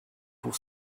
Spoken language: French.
pour